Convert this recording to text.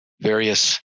various